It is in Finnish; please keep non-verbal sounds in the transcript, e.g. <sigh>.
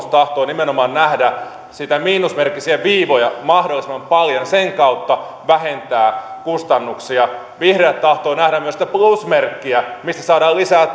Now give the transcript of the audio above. <unintelligible> tahtoo nimenomaan nähdä niitä miinusmerkkisiä viivoja mahdollisimman paljon ja sen kautta vähentää kustannuksia vihreät tahtovat nähdä myös sitä plusmerkkiä mistä saadaan lisää <unintelligible>